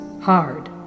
hard